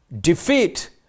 defeat